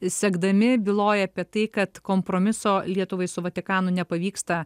sekdami byloja apie tai kad kompromiso lietuvai su vatikanu nepavyksta